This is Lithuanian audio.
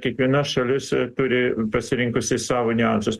kiekviena šalis turi pasirinkusi savo niuansus